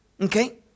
Okay